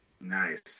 Nice